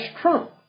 trump